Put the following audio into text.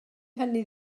hynny